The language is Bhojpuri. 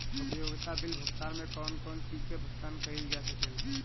उपयोगिता बिल भुगतान में कौन कौन चीज के भुगतान कइल जा सके ला?